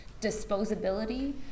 disposability